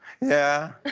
yeah.